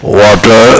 water